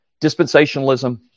Dispensationalism